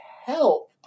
help